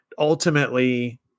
Ultimately